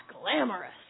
glamorous